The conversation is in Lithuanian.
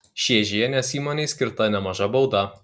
šėžienės įmonei skirta nemaža bauda